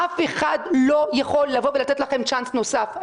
אף אחד לא יכול לבוא ולתת לכם צ'אנס נוסף.